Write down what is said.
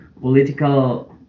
political